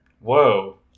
Whoa